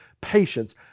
patience